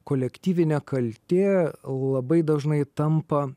kolektyvinė kaltė labai dažnai tampa